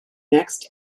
next